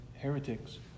heretics